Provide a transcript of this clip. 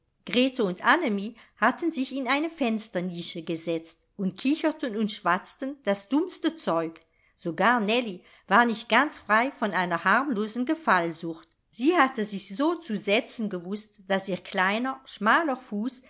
grete und annemie hatten sich in eine fensternische gesetzt und kicherten und schwatzten das dummste zeug sogar nellie war nicht ganz frei von einer harmlosen gefallsucht sie hatte sich so zu setzen gewußt daß ihr kleiner schmaler